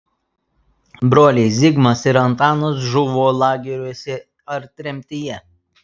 broliai zigmas ir antanas žuvo lageriuose ar tremtyje